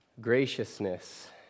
graciousness